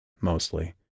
mostly